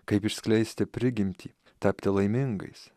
kaip išskleisti prigimtį tapti laimingais